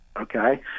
okay